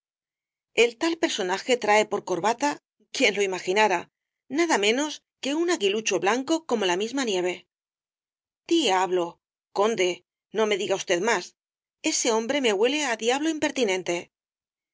el tal personaje trae por corbata quién lo imaginara nada menos que un aguilucho blanco como la misma nieve diablo conde no me diga usted más ese hombre me huele á diablo impertinente